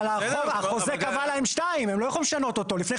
אבל החוזה קבע להם שתיים.